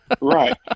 Right